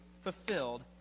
fulfilled